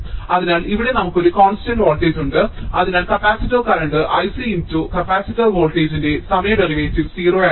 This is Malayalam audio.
അതിനാൽ ഇവിടെ നമുക്ക് ഒരു കോൺസ്റ്റന്റ് വോൾട്ടേജ് ഉണ്ട് അതിനാൽ capacitor current I c × capacitor വോൾട്ടേജിന്റെ സമയ ഡെറിവേറ്റീവ് 0 ആയിരിക്കും